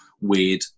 weird